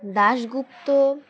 Dasgupta